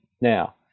Now